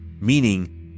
Meaning